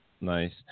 Nice